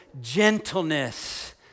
gentleness